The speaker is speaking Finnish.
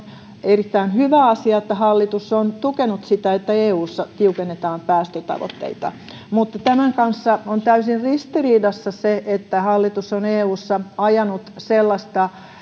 erittäin hyvä asia että hallitus on tukenut sitä että eussa tiukennetaan päästötavoitteita mutta tämän kanssa on täysin ristiriidassa se että hallitus on eussa ajanut sellaista